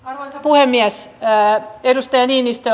ainoan puhemies jää tiedusteli mistä